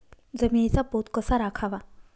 जमिनीचा पोत कसा राखावा?